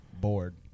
bored